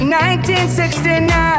1969